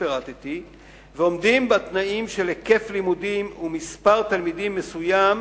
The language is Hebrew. שפירטתי ועומדים בתנאים של היקף לימודים ומספר תלמידים מסוים,